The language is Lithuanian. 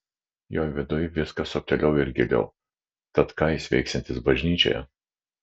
jo viduj viskas subtiliau ir giliau tad ką jis veiksiantis bažnyčioje